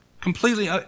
completely